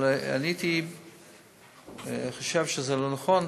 אבל אני הייתי חושב שזה לא נכון.